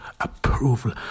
approval